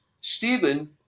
Stephen